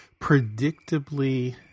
predictably